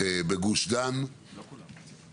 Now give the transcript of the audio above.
בגוש דן -- לא כולם רוצים.